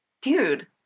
dude